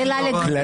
וזאת שאלה לגיטימית,